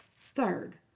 Third